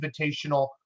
invitational